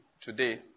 today